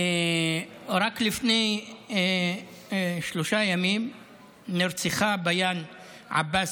רק לפני שלושה ימים נרצחה ביאן עבאס,